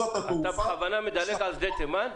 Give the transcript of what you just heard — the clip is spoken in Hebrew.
אתה בכוונה מדלג על שדה תימן?